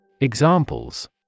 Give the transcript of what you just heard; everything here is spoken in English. Examples